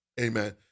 Amen